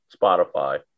Spotify